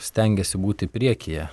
stengiasi būti priekyje